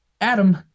Adam